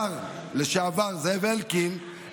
השר לשעבר זאב אלקין,